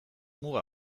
muga